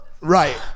Right